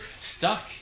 stuck